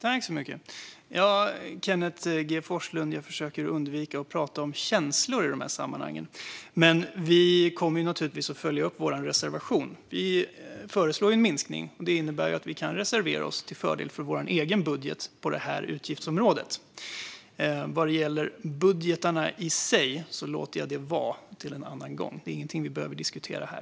Fru talman! Jag försöker, Kenneth G Forslund, undvika att tala om känslor i dessa sammanhang. Men vi kommer naturligtvis att följa upp vår reservation. Vi föreslår en minskning. Det innebär att vi kan reservera oss till fördel för vår egen budget på detta utgiftsområde. Vad gäller budgetarna i sig låter jag dem vara till en annan gång. Det är ingenting som vi behöver diskutera här.